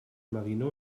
marino